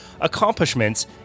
accomplishments